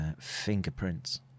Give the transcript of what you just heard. fingerprints